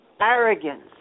arrogance